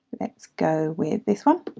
let's go with this one.